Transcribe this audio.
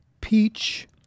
Peach